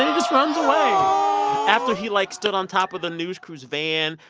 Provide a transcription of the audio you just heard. and just runs away after he, like, stood on top of the news crews' van.